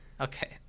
Okay